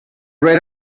right